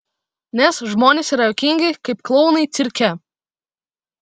nes žmonės yra juokingi kaip klounai cirke